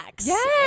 Yes